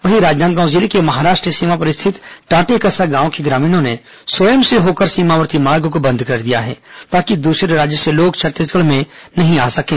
वहीं राजनांदगांव जिले की महाराष्ट्र सीमा पर स्थित टाटेकसा गांव के ग्रामीणों ने स्वयं से होकर सीमावर्ती मार्ग को बंद कर दिया है ताकि दूसरे राज्य से लोग छत्तीसगढ़ में न आ सकें